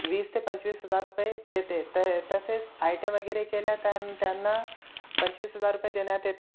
वीस ते पंचवीस हजार रुपये देते तय तसेच आयटीआय वगैरे केल्यास त्यांना पंचवीस हजार रुपये देण्यात येते